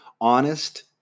honest